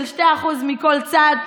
של 2% מכל צד,